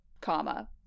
comma